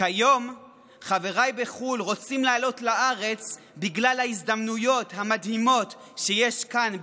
כיום חבריי בחו"ל רוצים לעלות לארץ בגלל ההזדמנויות המדהימות שיש כאן,